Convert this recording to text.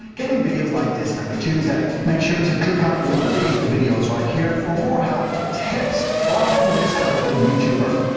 getting videos like these, every tuesday. make sure to click on one of these videos, right here, for more helpful tips from this helpful youtuber.